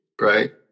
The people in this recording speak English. right